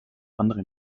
andere